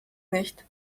nicht